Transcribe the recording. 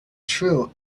true